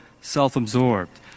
self-absorbed